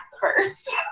first